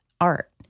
art